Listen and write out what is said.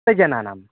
तजनानां